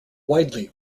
widely